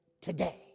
today